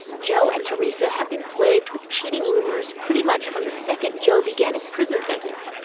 joe and teresa have been plagued with cheating rumors pretty much from the second joe began his prison sentence.